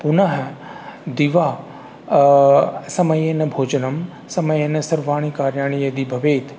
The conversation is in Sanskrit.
पुनः दिवा समयेन भोजनं समयेन सर्वाणि कार्याणि यदि भवेत्